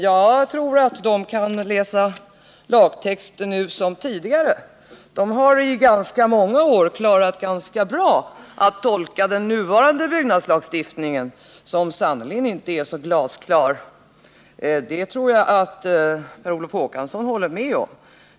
Jag tror att man där, nu liksom tidigare, kan läsa lagtexter. Länsstyrelserna och byggnadsnämnderna har i ganska många år ganska bra klarat av att tolka den nuvarande byggnadslagstiftningen, som sannerligen inte är så glasklar — det tror jag att Per Olof Håkansson håller med mig om.